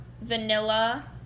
vanilla